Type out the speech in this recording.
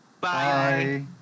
Bye